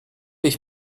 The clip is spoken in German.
ich